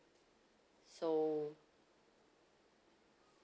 so